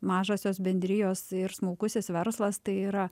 mažosios bendrijos ir smulkusis verslas tai yra